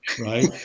right